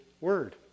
word